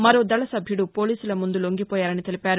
మరో దళ సభ్యుడు పోలీసుల ముందు లొంగిపోయారని తెలిపారు